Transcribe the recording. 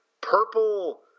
purple